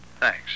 Thanks